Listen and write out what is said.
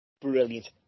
Brilliant